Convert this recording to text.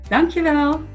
Dankjewel